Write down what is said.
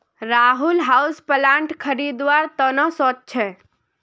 Rahul houseplant खरीदवार त न सो च छ